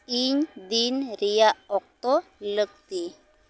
ᱤᱧ ᱫᱤᱱ ᱨᱮᱭᱟᱜ ᱚᱠᱛᱚ ᱞᱟᱹᱠᱛᱤ